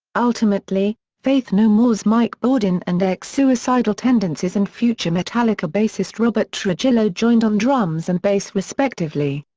ultimately, faith no more's mike bordin and ex-suicidal tendencies and future metallica bassist robert trujillo joined on drums and bass respectively.